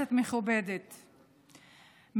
כנסת מכובדת,